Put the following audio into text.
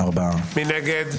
מי נמנע?